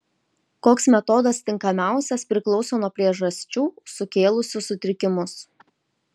koks metodas tinkamiausias priklauso nuo priežasčių sukėlusių sutrikimus